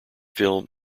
film